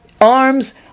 arms